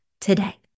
today